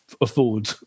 afford